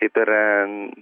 kaip ir